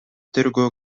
тергөө